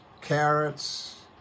carrots